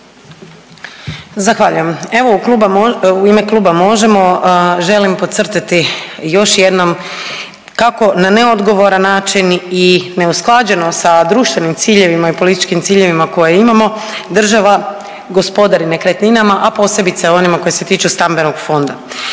Zahvaljujem. Evo u Kluba, u ime Kluba Možemo želim podcrtati još jednom kako na neodgovoran način i neusklađeno sa društvenim ciljevima i političkim ciljevima koje imamo država gospodari nekretninama, a posebice onima koje se tiču stambenog fonda.